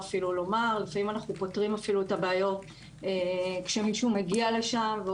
לפעמים אנחנו פותרים את הבעיות כשמישהו מגיע לשם אפילו,